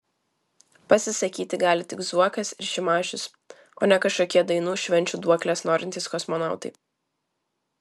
pasisakyti gali tik zuokas ir šimašius o ne kažkokie dainų švenčių duoklės norintys kosmonautai